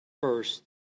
first